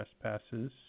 trespasses